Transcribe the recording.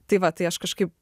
tai va tai aš kažkaip